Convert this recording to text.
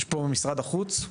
משרד החוץ,